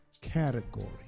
category